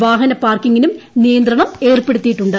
വാഹന പാർക്കിംഗിനും നിയന്ത്രണം ഏർപ്പെടുത്തിയിട്ടുണ്ട്